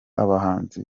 abahanzi